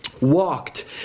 walked